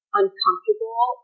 uncomfortable